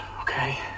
okay